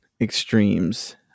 extremes